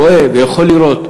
רואה ויכול לראות,